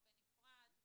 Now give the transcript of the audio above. בנפרד.